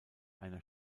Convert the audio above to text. einer